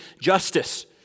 justice